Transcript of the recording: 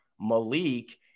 Malik